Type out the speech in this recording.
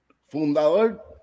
fundador